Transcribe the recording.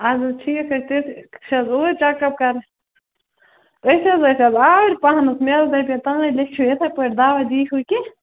آد حظ ٹھیٖک حظ اوٗرۍ چَکَپ أسۍ حظ ٲسۍ آز آوٕرۍ پَہَنَس مےٚ حظ دَپے تام لیٚکھِو یِتھَے پٲٹھۍ دَوا دیٖہو کیٚنٛہہ